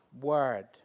word